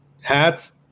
Hats